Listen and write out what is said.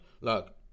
Look